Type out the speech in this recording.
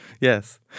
Yes